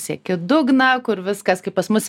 sieki dugną kur viskas kaip pas mus